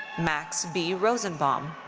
max b. rosenbaum.